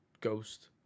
ghost